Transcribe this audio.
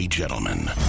gentlemen